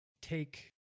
take